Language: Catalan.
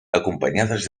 acompanyades